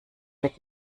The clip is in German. mit